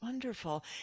Wonderful